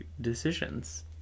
decisions